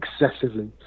excessively